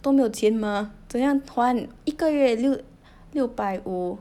都没有钱 mah 怎样还一个月六六百五